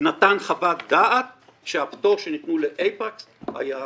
נתן חוות דעת שהפטור שניתן לאייפקס היה מוכשר.